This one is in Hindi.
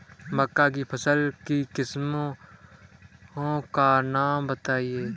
मक्का की फसल की किस्मों का नाम बताइये